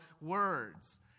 words